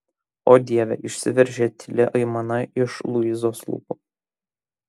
o dieve išsiveržė tyli aimana iš luizos lūpų